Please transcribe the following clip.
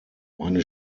meine